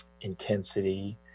intensity